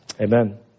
Amen